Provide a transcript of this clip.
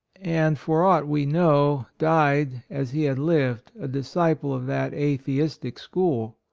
and for aught we know, died, as he had lived, a disciple of that atheistical school.